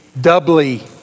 doubly